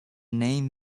name